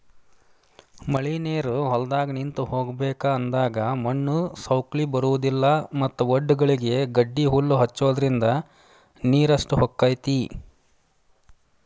ಮಳಿನೇರು ಹೊಲದಾಗ ನಿಂತ ಹೋಗಬೇಕ ಅಂದಾಗ ಮಣ್ಣು ಸೌಕ್ಳಿ ಬರುದಿಲ್ಲಾ ಮತ್ತ ವಡ್ಡಗಳಿಗೆ ಗಡ್ಡಿಹಲ್ಲು ಹಚ್ಚುದ್ರಿಂದ ನೇರಷ್ಟ ಹೊಕೈತಿ